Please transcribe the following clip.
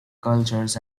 cultures